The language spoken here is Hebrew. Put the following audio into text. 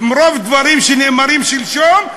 ומרוב דברים שנאמרים שלשום,